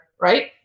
right